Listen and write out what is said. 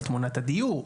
על תמונת הדיור,